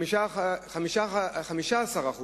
15%